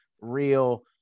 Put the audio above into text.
real